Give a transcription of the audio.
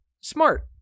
Smart